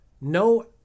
No